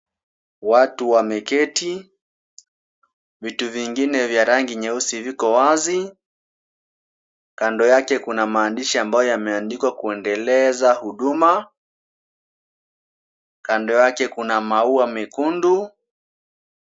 Watu wameketi, vitu vingine vya rangi nyeusi viko wazi, kando yake kuna maandishi ambayo yameandikwa kuendeleza huduma. Kando yake kuna maua mekundu.